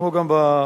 כמו גם באירוע,